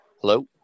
Hello